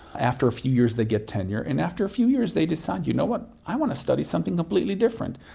after a few years they get tenure, and after a few years they decide, you know what, i want to study something completely different.